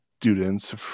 students